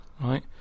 right